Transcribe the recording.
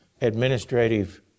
administrative